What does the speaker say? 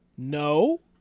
No